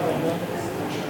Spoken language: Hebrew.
בבקשה.